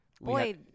Boy